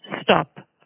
stop